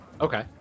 Okay